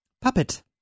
Puppet